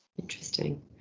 Interesting